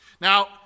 Now